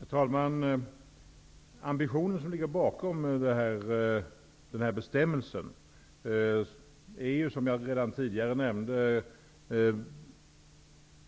Herr talman! Den ambition som ligger bakom bestämmelsen är, som jag redan tidigare nämnde,